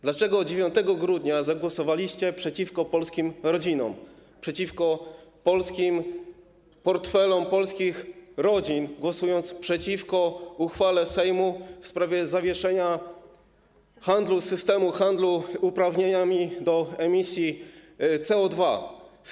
Dlaczego 9 grudnia zagłosowaliście przeciwko polskim rodzinom, przeciwko portfelom polskich rodzin, głosując przeciwko uchwale Sejmu w sprawie zawieszenia systemu handlu uprawnieniami do emisji CO2?